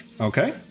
Okay